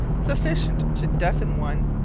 sufficient to deafen one,